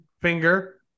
Finger